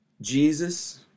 Jesus